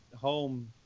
home